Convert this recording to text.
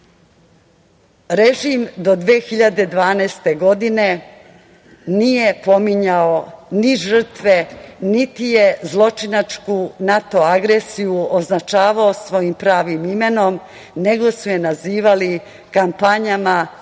beba. Režim do 2012. godine nije pominjao ni žrtve, niti je zločinačku NATO agresiju označavao svojim pravim imenom, nego su je nazivali kampanjama,